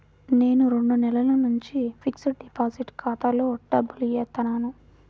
నేను రెండు నెలల నుంచి ఫిక్స్డ్ డిపాజిట్ ఖాతాలో డబ్బులు ఏత్తన్నాను